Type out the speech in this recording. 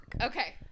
Okay